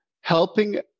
helping